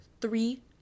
three